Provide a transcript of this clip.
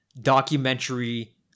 documentary